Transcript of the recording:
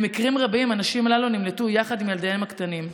במקרים רבים הנשים הללו נמלטו יחד עם ילדיהן הקטנים.